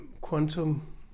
quantum